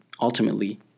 ultimately